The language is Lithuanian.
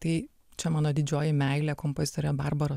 tai čia mano didžioji meilė kompozitorė barbara